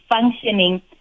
functioning